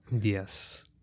Yes